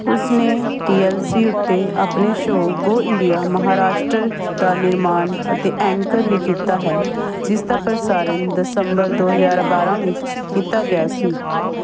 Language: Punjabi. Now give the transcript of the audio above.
ਉਸ ਨੇ ਟੀ ਐੱਲ ਸੀ ਉੱਤੇ ਆਪਣੇ ਸ਼ੋਅ ਗੋ ਇੰਡੀਆ ਮਹਾਰਾਸ਼ਟਰ ਦਾ ਨਿਰਮਾਣ ਅਤੇ ਐਂਕਰ ਵੀ ਕੀਤਾ ਹੈ ਜਿਸ ਦਾ ਪ੍ਰਸਾਰਣ ਦਸੰਬਰ ਦੋ ਹਜ਼ਾਰ ਬਾਰ੍ਹਾਂ ਵਿੱਚ ਕੀਤਾ ਗਿਆ ਸੀ